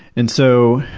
and so,